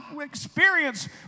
experience